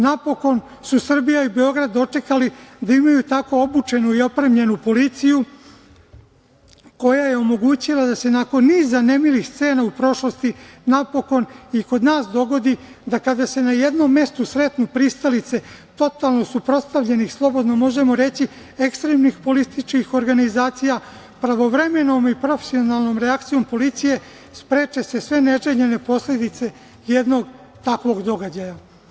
Napokon su Srbija i Beograd dočekali da imaju tako obučenu i opremljenu policiju koja je omogućila da se nakon niza nemilih scena u prošlosti napokon i kod nas dogodi da kada se na jednom mestu sretnu pristalice totalno suprotstavljenih, slobodno možemo reći ekstremnih političkih organizacija, pravovremenom i profesionalnom reakcijom policije spreče se sve neželjene posledice jednog takvog događaja.